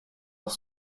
leur